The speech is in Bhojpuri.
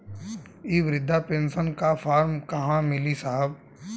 इ बृधा पेनसन का फर्म कहाँ मिली साहब?